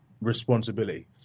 responsibility